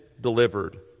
delivered